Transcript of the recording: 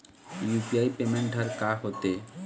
UPI payment हर का होते?